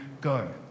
go